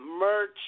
merch